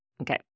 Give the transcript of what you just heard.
Okay